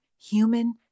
human